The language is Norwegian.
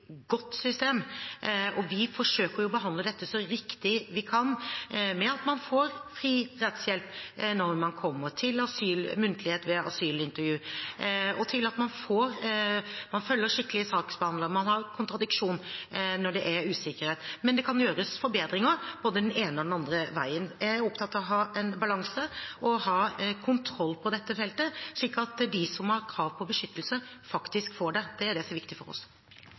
godt system, og vi forsøker å behandle dette så riktig vi kan med at man får fri rettshjelp når man kommer til muntlig asylintervju, man følger skikkelig saksbehandling, og man har kontradiksjon når det er usikkerhet. Men det kan gjøres forbedringer både den ene og den andre veien. Jeg er opptatt av å ha en balanse og av å ha kontroll på dette feltet, slik at de som har krav på beskyttelse, faktisk får det. Det er det som er viktig for oss.